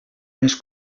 més